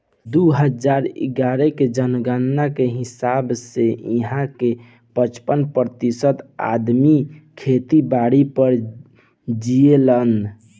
दू हजार इग्यारह के जनगणना के हिसाब से इहां के पचपन प्रतिशत अबादी खेती बारी पर जीऐलेन